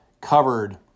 covered